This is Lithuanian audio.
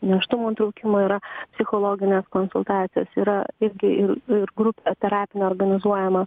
nėštumo nutraukimo yra psichologinės konsultacijos yra irgi ir ir grupė terapinė organizuojama